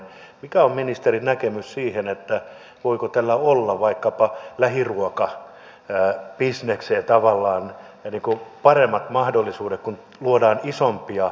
mikä on ministerin näkemys siihen voiko tällä olla vaikkapa lähiruokabisnekseen tavallaan paremmat mahdollisuudet kun luodaan isompia organisaatioita